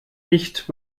nicht